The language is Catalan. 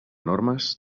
normes